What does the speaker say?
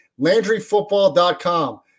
LandryFootball.com